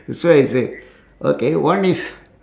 that's why I say okay one is